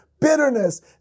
bitterness